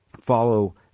follow